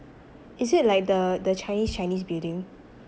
is it like the the chinese chinese building